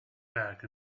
back